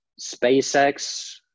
SpaceX